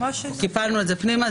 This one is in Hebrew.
קיפלנו את זה פנימה,